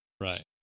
Right